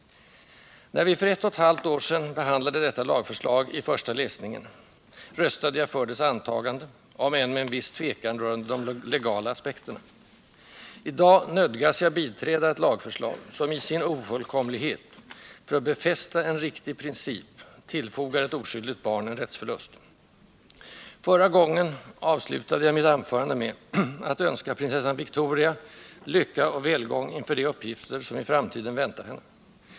När vi för ett och ett halvt år sedan behandlade detta lagförslag i första läsningen, röstade jag för dess antagande, om än med en viss tvekan rörande de legala aspekterna. I dag nödgas jag biträda ett lagförslag som i sin ofullkomlighet, för att befästa en riktig princip, tillfogar ett oskyldigt barn en rättsförlust. Förra gången avslutade jag mitt anförande med att önska prinsessan Victoria lycka och välgång inför de uppgifter som i framtiden väntar henne.